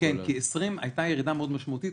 כי בשנת 2020 הייתה ירידה מאוד משמעותית,